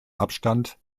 abstand